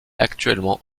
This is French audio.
actuellement